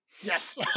Yes